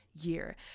year